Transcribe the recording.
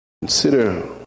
Consider